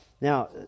Now